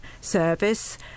service